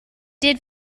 did